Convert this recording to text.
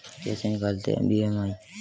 कैसे निकालते हैं बी.एम.आई?